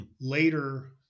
Later